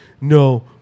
No